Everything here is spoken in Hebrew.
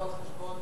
על חשבון